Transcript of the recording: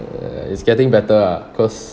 uh it's getting better ah cause